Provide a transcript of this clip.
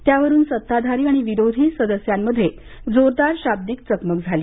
त्यावरुन सत्ताधारी आणि विरोधी सदस्यांमध्ये जोरदार शाब्दिक चकमक झाली